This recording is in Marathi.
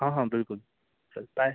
हा हा बिलकूल चल बाय